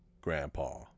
grandpa